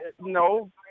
no